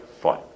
fine